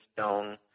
stone